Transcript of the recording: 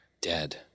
dead